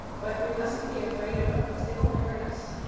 but we musn't be afraid of em cause they won't hurt us.